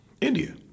India